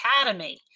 Academy